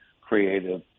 creative